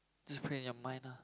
just pray in your mind ah